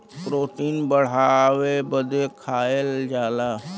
protein बढ़ावे बदे खाएल जाला